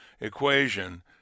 equation